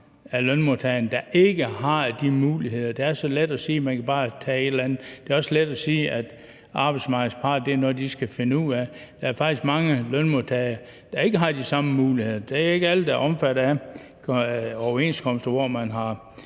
af lønmodtagerne, der ikke har de muligheder. Det er så let at sige, at man bare kan tage et eller andet. Det er også let at sige, at arbejdsmarkedets parter skal finde ud af det. Der er faktisk mange lønmodtagere, der ikke har de samme muligheder. Det er ikke alle, der er omfattet af overenskomster, hvor man har